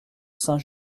saint